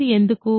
ఇది ఎందుకు